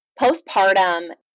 Postpartum